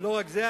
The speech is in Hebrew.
ולא רק זה,